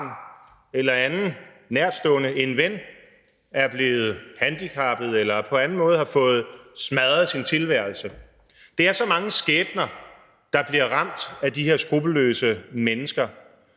eller anden nærtstående, en ven, er blevet handicappet eller på anden måde har fået smadret sin tilværelse. Det er så mange skæbner, der bliver ramt af de her skruppelløse mennesker.